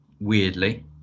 weirdly